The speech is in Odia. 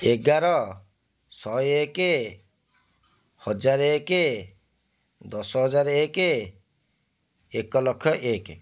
ଏଗାର ଶହେ ଏକ ହଜାର ଏକ ଦଶହଜାର ଏକ ଏକଲକ୍ଷ ଏକ